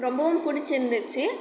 ரொம்பவும் பிடிச்சிருந்துச்சி